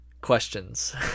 Questions